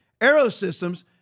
Aerosystems